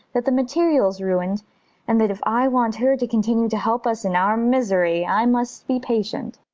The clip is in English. that the material's ruined and that if i want her to continue to help us in our misery i must be patient.